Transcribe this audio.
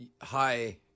Hi